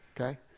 okay